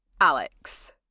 Alex